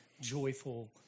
joyful